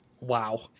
Wow